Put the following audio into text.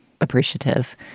appreciative